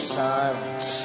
silence